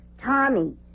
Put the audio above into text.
Tommy